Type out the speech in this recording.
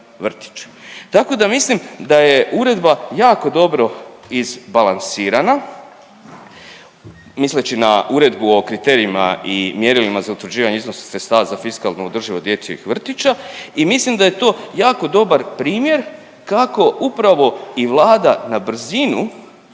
Tako da mislim da je uredba jako dobro izbalansirana, misleći na Uredbu o kriterijima i mjerilima za utvrđivanje iznosa sredstava za fiskalnu održivost dječjih vrtića i mislim da je to jako dobar primjer kako upravo i Vlada na brzinu